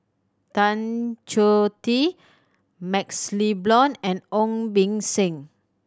Tan Choh Tee MaxLe Blond and Ong Beng Seng